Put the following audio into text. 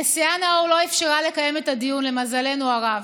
הנשיאה נאור לא אפשרה לקיים את הדיון, למזלנו הרב.